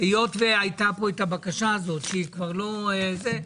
היות והייתה פה את הבקשה הזאת שהיא כבר לא זה,